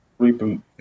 Reboot